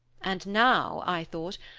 and now, i thought,